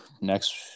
next –